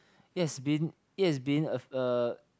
it has been it has been a a